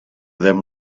them